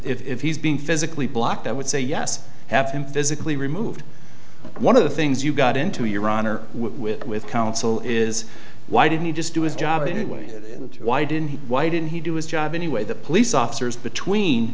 if he's being physically blocked i would say yes have him physically removed one of the things you got into your honor with with counsel is why didn't you just do his job anyway why didn't he why didn't he do his job anyway the police officers between